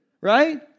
right